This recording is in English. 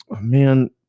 man